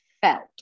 felt